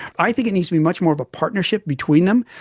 i think it needs to be much more of a partnership between them.